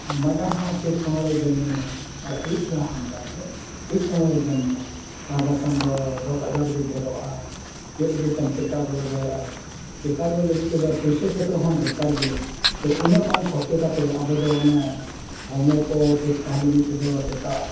ᱢᱟᱡᱟᱱ ᱦᱚᱸ ᱴᱷᱤᱠ ᱥᱚᱢᱚᱭ ᱨᱮ ᱡᱚᱢ ᱢᱮ ᱟᱨ ᱟᱹᱭᱩᱵ ᱵᱮᱲᱟ ᱦᱚᱸ ᱚᱱᱠᱟ ᱜᱮ ᱴᱷᱤᱠ ᱥᱚᱢᱚᱭ ᱨᱮ ᱡᱚᱢ ᱢᱮ ᱟᱨ ᱵᱟᱝᱠᱷᱟᱱ ᱫᱚ ᱨᱳᱜᱽᱼᱟᱡᱟᱨ ᱜᱮ ᱰᱷᱮᱨᱚᱜᱼᱟ ᱪᱮᱫ ᱞᱮᱠᱟᱛᱮᱢ ᱴᱮᱠᱟ ᱨᱩᱣᱟᱹᱲ ᱫᱟᱲᱮᱭᱟᱜᱼᱟ ᱴᱮᱠᱟ ᱨᱩᱣᱟᱹᱲ ᱞᱟᱹᱜᱤᱫ ᱛᱮᱫᱚ ᱯᱩᱭᱥᱟᱹᱼᱯᱚᱛᱨᱚ ᱦᱚᱸ ᱫᱚᱨᱠᱟᱨ ᱜᱮ ᱛᱳ ᱩᱱᱟᱹᱜ ᱵᱟᱝ ᱠᱷᱚᱨᱪᱚ ᱠᱟᱛᱮᱫ ᱟᱵᱚ ᱫᱚ ᱚᱱᱟ ᱦᱚᱲᱢᱚ ᱠᱚ ᱴᱷᱤᱠ ᱛᱟᱦᱮᱱ ᱞᱟᱹᱜᱤᱫ ᱛᱮᱫᱚ ᱥᱮᱛᱟᱜ